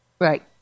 Right